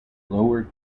lower